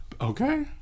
Okay